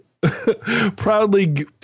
proudly